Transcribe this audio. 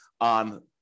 on